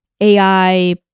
AI